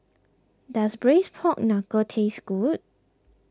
does Braised Pork Knuckle taste good